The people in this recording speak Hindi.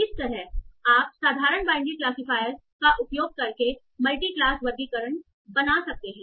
इस तरह आप साधारण बाइनरी क्लासिफायर का उपयोग करके मल्टी क्लास वर्गीकरण बना सकते हैं